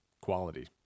quality